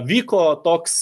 vyko toks